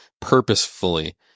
purposefully